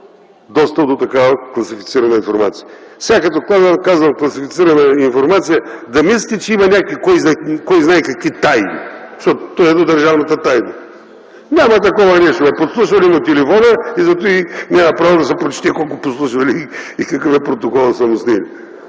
достъп до такава класифицирана информация. Сега като казвам класифицирана информация, да не мислите, че има някакви кой знае какви тайни, защото, то е едно – държавната тайна. Няма такова нещо – подслушвали му телефона и затова няма право да се прочете колко подслушвания и какви протоколи са му снели!?